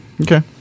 Okay